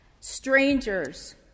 Strangers